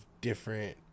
different